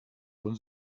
von